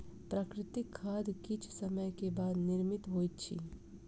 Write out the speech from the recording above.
प्राकृतिक खाद किछ समय के बाद निर्मित होइत अछि